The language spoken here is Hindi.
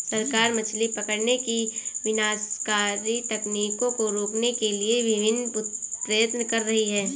सरकार मछली पकड़ने की विनाशकारी तकनीकों को रोकने के लिए विभिन्न प्रयत्न कर रही है